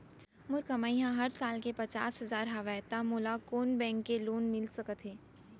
मोर कमाई ह साल के पचास हजार हवय त मोला कोन बैंक के लोन मिलिस सकथे?